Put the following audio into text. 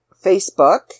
Facebook